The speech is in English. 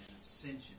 ascension